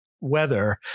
weather